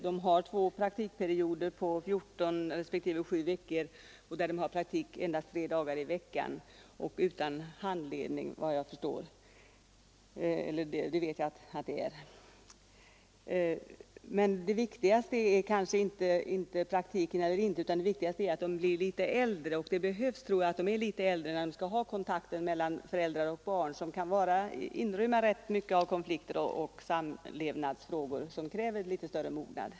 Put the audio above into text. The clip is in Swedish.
Man har två praktikperioder om 14 respektive 7 veckor, med praktik endast tre dagar i veckan och dessutom utan handledning. Det viktigaste är inte frågan om praktik eller inte, utan det viktigaste är att eleverna hinner bli något äldre. Det behövs när de skall ha kontakt med föräldrar och barn. Den kan inrymma mycket av konflikter och samlevnadsfrågor som kräver större mognad.